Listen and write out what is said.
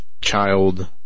child